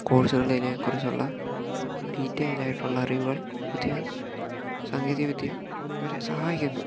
കോഴ്സുകളിനെക്കുറിച്ചുള്ള detail ആയിട്ടുള്ള അറിവുകൾ പുതിയ സാങ്കേതികവിദ്യ അവരെ സഹായിക്കുന്നു